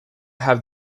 have